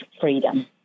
freedom